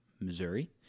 Missouri